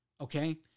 okay